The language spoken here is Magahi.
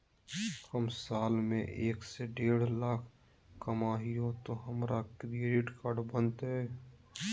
हम साल में एक से देढ लाख कमा हिये तो हमरा क्रेडिट कार्ड बनते?